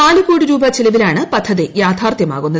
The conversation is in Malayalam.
നാല് കോടി രൂപ ചെലവിലാണ് പദ്ധതി യാഥാർത്ഥ്യമാകുന്നത്